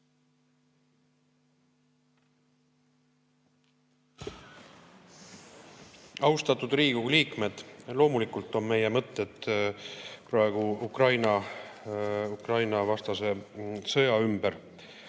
Austatud Riigikogu liikmed! Loomulikult on meie mõtted praegu Ukraina-vastase sõjaga